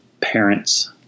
parents